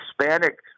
Hispanic